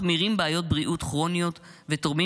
מחמירים בעיות בריאות כרוניות ותורמים